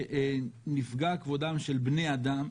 שנפגע כבודם של בני אדם,